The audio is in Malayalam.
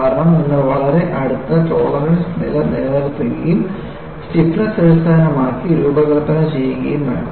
കാരണം നിങ്ങൾ വളരെ അടുത്ത ടോളറൻസ് നില നിലനിർത്തുകയും സ്റ്റിഫ്നെസ് അടിസ്ഥാനമാക്കി രൂപകൽപ്പന ചെയ്യുകയും വേണം